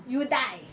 you die